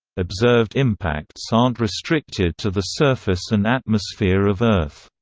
observed impacts aren't restricted to the surface and atmosphere of earth.